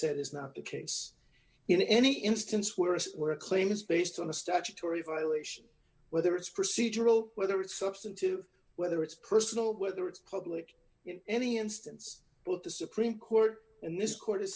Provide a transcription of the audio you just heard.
said is not the case in any instance where it's where a claim is based on a statutory violation whether it's procedural whether it's substantive whether it's personal whether it's public in any instance with the supreme court and this court